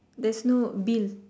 there's no bill